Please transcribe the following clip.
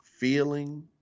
Feeling